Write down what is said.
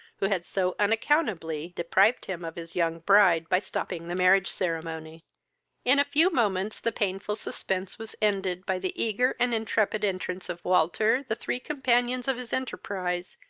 who had so unaccountably deprived him of his young bride, by stopping the marriage-ceremony. in a few moments the painful suspense was ended by the eager and intrepid entrance of walter, the three companions of his enterprise,